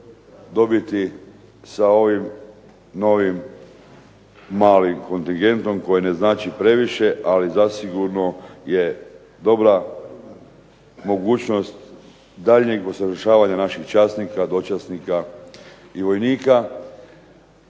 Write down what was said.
dobiti sa ovim novim malim kontingentom koji ne znači previše ali zasigurno je dobra mogućnost daljnjeg usavršavanja naših časnika, dočasnika i vojnika.